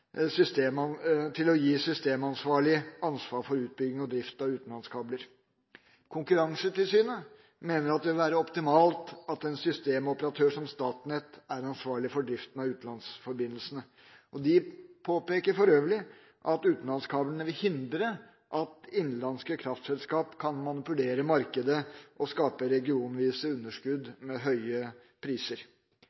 å gi systemansvarlig ansvar for utbygging og drift av utenlandskabler. Konkurransetilsynet mener det vil være optimalt at en systemoperatør som Statnett er ansvarlig for driften av utenlandsforbindelsene. De påpeker for øvrig at utenlandskablene vil hindre at innenlandske kraftselskap kan manipulere markedet og skape regionvise underskudd